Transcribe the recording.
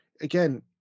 again